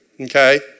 okay